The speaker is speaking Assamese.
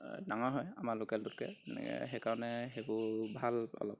ডাঙৰ হয় আমাৰ লোকেলটোতকৈ মানে সেইকাৰণে সেইবোৰ ভাল অলপ